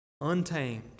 untamed